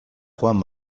joan